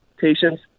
patience